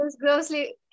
grossly